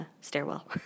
stairwell